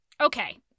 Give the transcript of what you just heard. okay